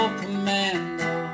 commando